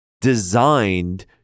designed